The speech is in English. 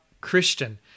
Christian